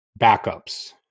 backups